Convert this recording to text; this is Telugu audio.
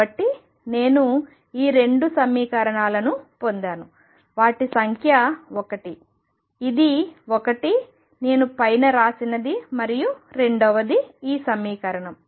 కాబట్టి నేను ఈ 2 సమీకరణాలను పొందాను వాటి సంఖ్య 1 ఇది ఒకటి నేను పైన రాసినది మరియు రెండవది ఈ సమీకరణం